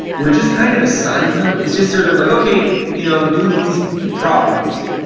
we're just kind of assigned them. it's just sort of like, okay, you know do these problems.